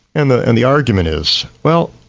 and the and the argument is well,